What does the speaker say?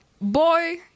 boy